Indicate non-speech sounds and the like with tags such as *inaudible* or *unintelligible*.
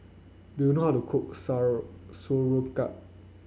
do you know how to cook *unintelligible* Sauerkraut